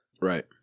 Right